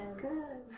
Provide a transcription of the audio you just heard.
good.